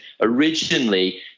originally